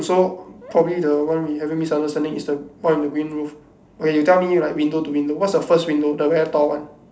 so probably the one we having misunderstanding is the one with the green roof where you tell me like window to window what's the first window the very tall one